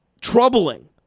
troubling